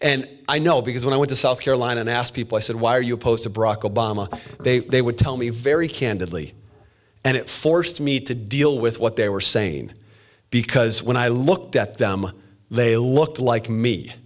and i know because when i went to south carolina and asked people i said why are you opposed to brock obama they they would tell me very candidly and it forced me to deal with what they were sane because when i looked at them they looked like me